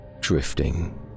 drifting